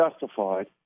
justified